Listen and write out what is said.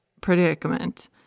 predicament